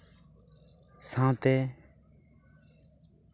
ᱥᱟᱶᱛᱮ